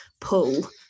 pull